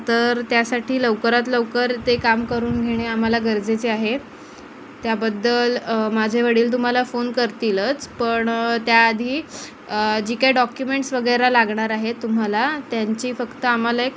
तर त्यासाठी लवकरात लवकर ते काम करून घेणे आम्हाला गरजेचे आहे त्याबद्दल माझे वडील तुम्हाला फोन करतीलच पण त्याआधी जी काय डॉक्युमेंट्स वगैरे लागणार आहेत तुम्हाला त्यांची फक्त आम्हाला एक